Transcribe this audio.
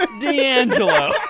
D'Angelo